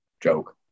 Joke